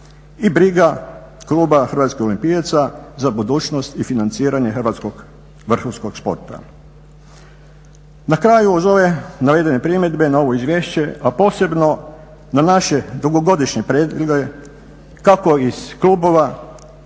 I briga kluba Hrvatskih olimpijaca za budućnost i financiranje hrvatskog vrhunskog športa. Na kraju uz ove navedene primjedbe na ovo izvješće a posebno na naše dugogodišnje …/Govornik se ne